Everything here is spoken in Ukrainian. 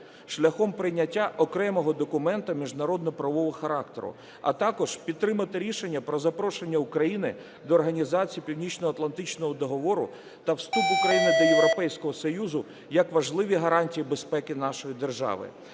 шляхом прийняття окремого документа міжнародно-правового характеру. А також підтримати рішення про запрошення України до Організації Північноатлантичного договору та вступу України до Європейського Союзу як важливі гарантії безпеки нашої держави.